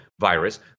virus